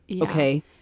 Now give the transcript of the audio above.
okay